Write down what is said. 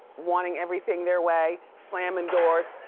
wanting everything their way, slamming doors,